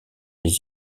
les